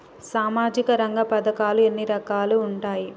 సామాజిక రంగ పథకాలు ఎన్ని రకాలుగా ఉంటాయి?